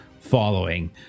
following